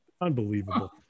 unbelievable